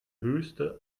höchste